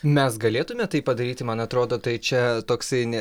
mes galėtume tai padaryti man atrodo tai čia toksai ne